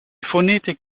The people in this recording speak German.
phonetik